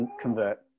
convert